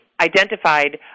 identified